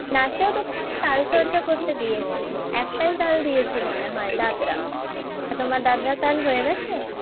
নাচেও তো তাল চর্চা করতে দিয়েছি একটাই তাল দিয়েছি মনে হয় দাদরা তো তোমার দাদরা তাল হয়ে গেছে